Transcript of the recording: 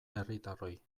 herritarroi